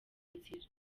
nzira